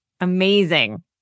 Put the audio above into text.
Amazing